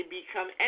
become